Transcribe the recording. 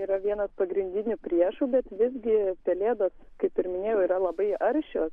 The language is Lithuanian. yra vienas pagrindinių priešų bet visgi pelėdos kaip ir minėjau yra labai aršios